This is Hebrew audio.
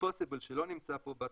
וה- possible, שלא נמצא פה בתחזית,